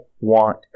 want